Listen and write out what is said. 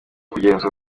kugenzura